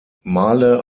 male